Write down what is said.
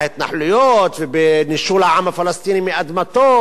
בהתנחלויות ובנישול העם הפלסטיני מאדמתו